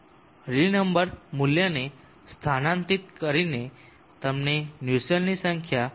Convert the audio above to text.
rally number મૂલ્યને સ્થાનાંતરિત કરીને તમને નુસ્સેલ્ટની સંખ્યા 24